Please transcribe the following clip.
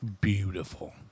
beautiful